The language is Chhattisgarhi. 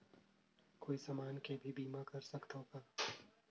कोई समान के भी बीमा कर सकथव का?